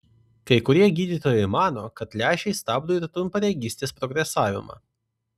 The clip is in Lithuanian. kai kurie gydytojai mano kad lęšiai stabdo ir trumparegystės progresavimą